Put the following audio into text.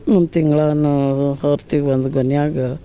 ಒಂದು ತಿಂಗಳ ಒಂದು ಗೊನೆಯಾಗ